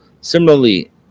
Similarly